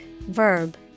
verb